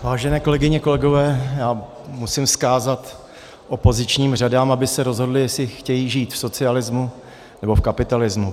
Vážené kolegyně, kolegové, já musím vzkázat opozičním řadám, aby se rozhodly, jestli chtějí žít v socialismu, nebo v kapitalismu.